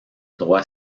droit